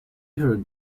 heard